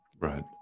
Right